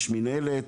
יש מנהלת